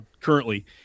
currently